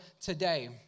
today